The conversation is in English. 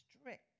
strict